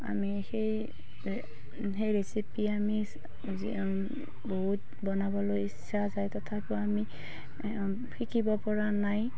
আমি সেই ৰে সেই ৰেচিপি আমি বহুত বনাবলৈ ইচ্ছা যায় তথাপিও আমি শিকিব পৰা নাই